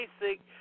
basic